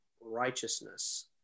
Righteousness